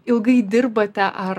ilgai dirbate ar